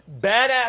Badass